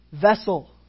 vessel